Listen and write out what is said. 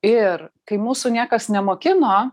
ir kai mūsų niekas nemokino